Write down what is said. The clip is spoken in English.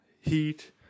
Heat